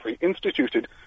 instituted